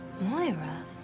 Moira